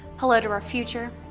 hello to our future.